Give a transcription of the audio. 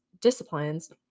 Disciplines